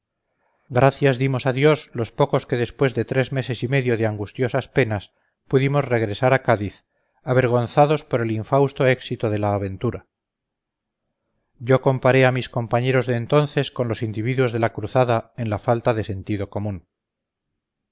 gracias dimos a dios los pocos que después de tres meses y medio de angustiosas penas pudimos regresar a cádiz avergonzados por el infausto éxito de la aventura yo comparé a mis compañeros de entonces con los individuos de la cruzada en la falta de sentido común